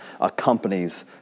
accompanies